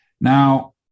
Now